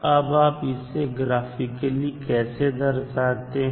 अब आप इसे ग्राफिकली कैसे दर्शाते हैं